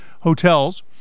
hotels